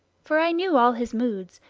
for i knew all his moods,